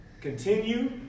Continue